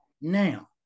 now